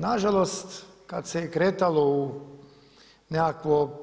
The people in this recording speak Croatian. Nažalost, kad se je kretalo u nekakvo